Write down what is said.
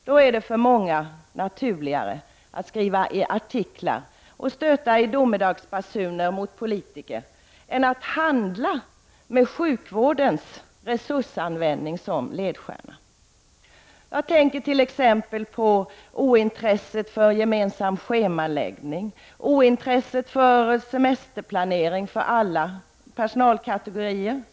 Då är det för många naturligare att skriva artiklar och stöta i domedagsbasuner mot politiker än att handla med sjukvårdens resursanvändning som ledstjärna. Jag tänker t.ex. på ointresset för gemensam schemaläggning och ointresset för samtidig semesterplanering för alla personalkategorier.